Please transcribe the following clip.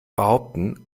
behaupten